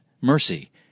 mercy